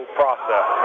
process